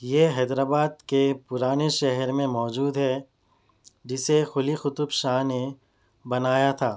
یہ حیدر آباد کے پرانے شہر میں موجود ہے جسے قلی قطب شاہ نے بنایا تھا